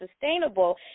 sustainable